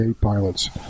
pilots